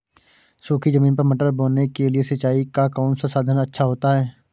सूखी ज़मीन पर मटर बोने के लिए सिंचाई का कौन सा साधन अच्छा होता है?